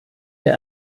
der